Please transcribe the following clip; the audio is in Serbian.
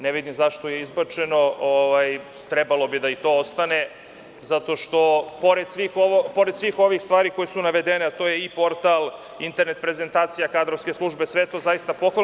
Ne vidim zašto je izbačeno, trebalo bi i to da ostane, zato što pored svih ovih stvari koje su navedene, a to je i portal, internet prezentacija, kadrovske službe, sve to je zaista pohvalno.